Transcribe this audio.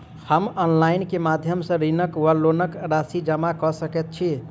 हम ऑनलाइन केँ माध्यम सँ ऋणक वा लोनक राशि जमा कऽ सकैत छी?